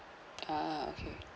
uh okay